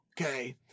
okay